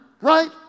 right